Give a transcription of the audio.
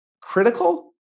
critical